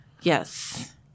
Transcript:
Yes